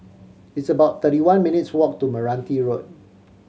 it's about thirty one minutes' walk to Meranti Road